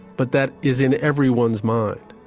but that is in everyone's mind.